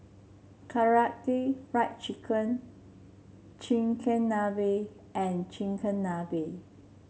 Karaage Fried Chicken Chigenabe and Chigenabe